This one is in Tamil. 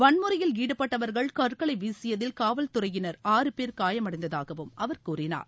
வன்முறையில் ஈடுபட்டவர்கள் கற்களை வீசியதில் காவல் துறையினர் சேர் காயமடைந்ததாகவும் அவர் கூறினார்